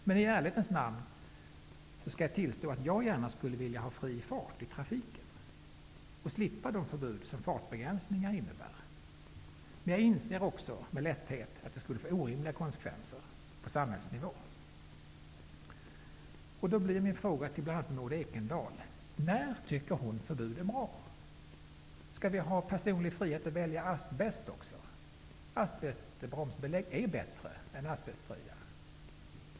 Men i ärlighetens namn skall jag tillstå att jag gärna skulle vilja ha fri fart i trafiken och slippa de förbud som fartbegränsningar innebär, men jag inser med lätthet att detta skulle få orimliga konsekvenser på samhällsnivå. Då blir min fråga till bl.a. Maud Ekendahl: När tycker hon att det är bra med förbud? Skall vi ha personlig frihet att också välja asbest -- bromsbelägg av asbest är ju bättre än asbestfria?